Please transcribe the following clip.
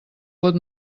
pot